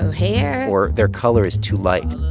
hair. or their color is too light.